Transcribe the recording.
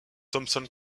thomson